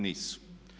Nisu.